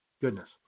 Goodness